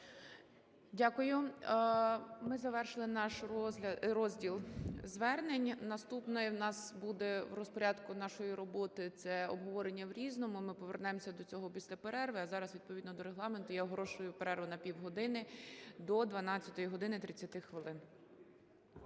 Дякую. Ми завершили наш розділ звернень. Наступний у нас буде в розпорядку нашої роботи – це обговорення в "Різному", ми повернемося до цього після перерви. А зараз відповідно до Регламенту я оголошую перерву на півгодини, до 12 години 30 хвилин.